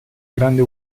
grande